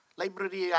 library